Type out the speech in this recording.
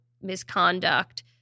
misconduct